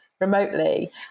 remotely